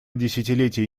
десятилетий